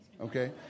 Okay